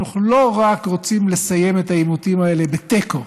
אנחנו לא רק רוצים לסיים את העימותים האלה בתיקו,